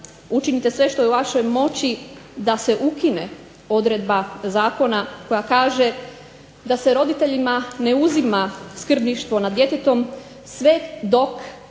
učinite sve što je u vašoj moći da se ukine odredba Zakona koja kaže da se roditeljima ne uzima skrbništvo nad djetetom sve dok